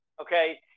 okay